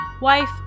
wife